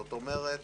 זאת אומרת,